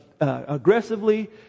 aggressively